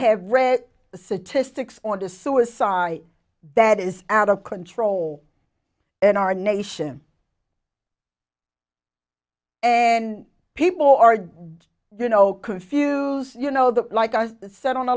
have read the statistics on the suicide that is out of control in our nation people are you know confused you know that like i said on the